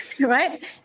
Right